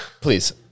please